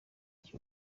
gihe